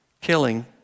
killing